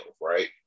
right